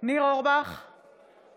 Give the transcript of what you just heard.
נגד החוק הזה.